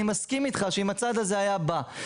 אני מסכים איתך שאם הצד הזה היה בא,